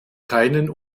keinen